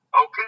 Okay